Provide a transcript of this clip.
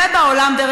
ישראל, סתם.